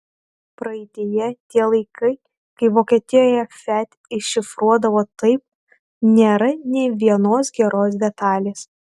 praeityje tie laikai kai vokietijoje fiat iššifruodavo taip nėra nė vienos geros detalės